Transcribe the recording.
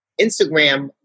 Instagram